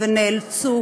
ונאלצו